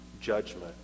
judgment